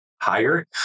higher